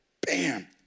bam